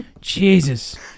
Jesus